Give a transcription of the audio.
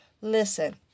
Listen